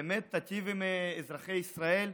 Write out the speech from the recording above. באמת תיטיב עם אזרחי ישראל.